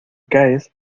caes